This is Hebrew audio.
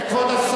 לזכותך,